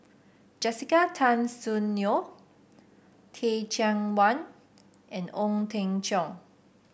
Jessica Tan Soon Neo Teh Cheang Wan and Ong Teng Cheong